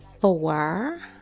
four